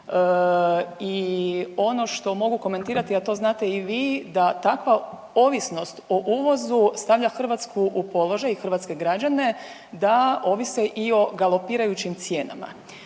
i ono što mogu komentirati, a to znate i vi da takva ovisnost o uvozu stavlja Hrvatsku u položaj i hrvatske građane da ovise i o galopirajućim cijenama.